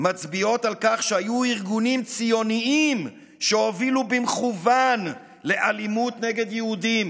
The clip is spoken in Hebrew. מצביע על כך שהיו ארגונים ציוניים שהובילו במכוון לאלימות נגד יהודים